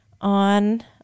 on